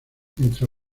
entre